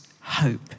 hope